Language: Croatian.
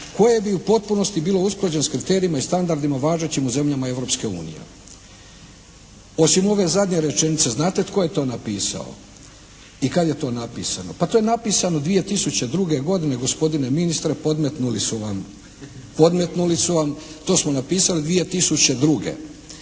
koje bi u potpunosti bile usklađene sa kriterijima i standardima važećim u zemljama Europske unije. Osim ove zadnje rečenice znate tko je to napisao i kad je to napisano? Pa, to je napisano 2002. godine gospodine ministre, podmetnuli su vam. To smo napisali 2002. Tako